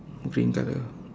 green color